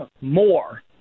more